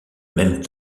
même